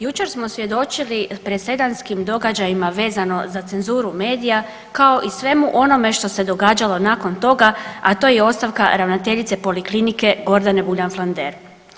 Jučer smo svjedočili presedanskim događajima vezano za cenzuru medija, kao i svemu onome što se događalo nakon toga, a to je ostavka Poliklinkike Gordane Buljan Flander.